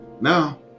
Now